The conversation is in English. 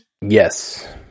Yes